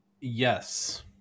Yes